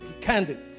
candid